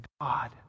God